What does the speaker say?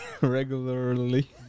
regularly